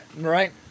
Right